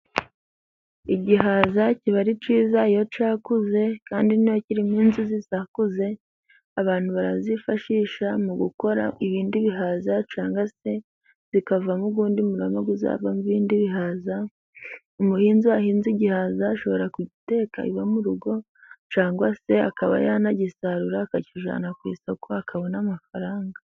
Igihaza kiba ari cyiza iyo cyakuze, kandi n'iyo kirimo inzunzi zakuze, abantu barazifashisha mu gukora ibindi bihaza, cyanga se zikavamo undi murama uzavamo ibindi bihaza, umuhinzi ahinze igihaza ashobora kugiteka iwe murugo, cyagwa se akaba yanagisarura akakijyana ku isoko akabona amafaranga.